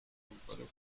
autores